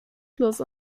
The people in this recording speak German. plus